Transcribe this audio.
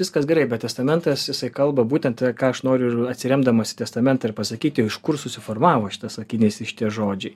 viskas gerai bet testamentas jisai kalba būtent ką aš noriu ir atsiremdamas į testamentą ir pasakyti o iš kur susiformavo šitas sakinys i šitie žodžiai